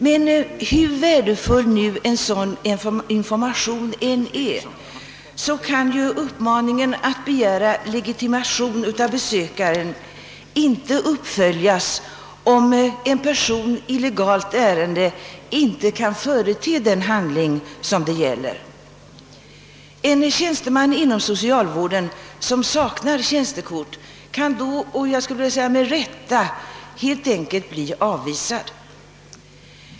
Men även om sådan information är värdefull i och för sig, hjälper inte uppmaningen att begära legitimation av besökaren om personer i legala ärenden icke kan förete den handling det gäller. En tjänsteman inom socialvården som saknar tjänstekort kan då — och med rätta — helt enkelt bli avvisad.